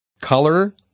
Color